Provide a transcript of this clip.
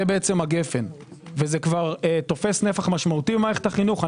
זה הגפן וזה ותופס נפח משמעותי במערכת החינוך.